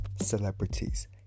celebrities